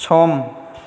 सम